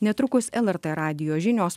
netrukus lrt radijo žinios